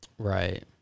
Right